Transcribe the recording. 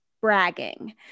bragging